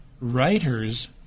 writers